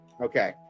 Okay